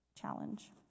challenge